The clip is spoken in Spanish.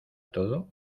todo